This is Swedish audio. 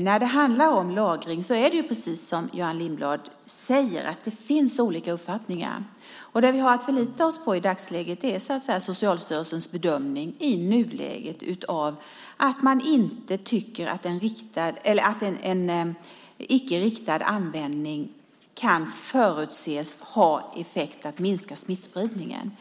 När det handlar om lagring är det precis som Göran Lindblad säger: Det finns olika uppfattningar. Det vi har att förlita oss på i dagsläget är Socialstyrelsens bedömning att en icke riktad användning inte kan förutses minska smittspridningen.